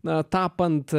na tapant